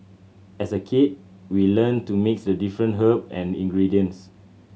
as a kid we learnt to mix the different herb and ingredients